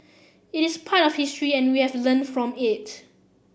it is part of history and we have learned from it